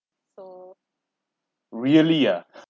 really ah